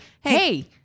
hey